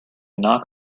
knock